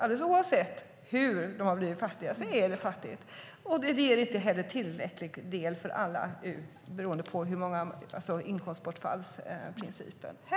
Oavsett hur de har blivit fattiga är det fattigt. Det ger heller inte en tillräcklig del för alla, beroende på inkomstbortfallsprincipen.